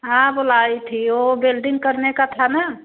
हाँ बुलाई थी वह बेल्डिंग करके का था ना